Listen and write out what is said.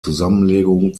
zusammenlegung